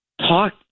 talk